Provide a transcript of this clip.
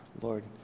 Lord